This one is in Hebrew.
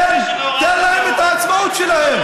תן להם את העצמאות שלהם.